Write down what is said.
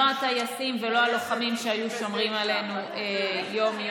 הטייסים ולא הלוחמים שהיו שומרים עלינו יום-יום,